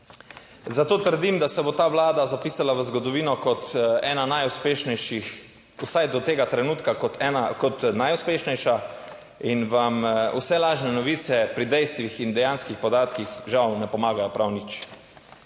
Zato trdim, da se bo ta vlada zapisala v zgodovino kot ena najuspešnejših, vsaj do tega trenutka, kot ena, kot najuspešnejša. In vam vse lažne novice pri dejstvih in dejanskih podatkih žal ne pomagajo prav nič.